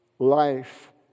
life